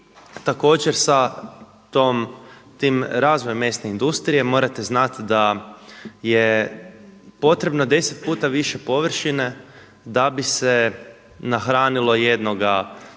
također sa tim razvojem mesne industrije morate znati da je potrebno deset puta više površine da bi se nahranilo jednoga